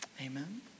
Amen